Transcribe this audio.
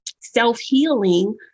self-healing